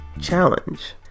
challenge